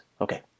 Okay